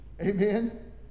Amen